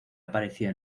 apareció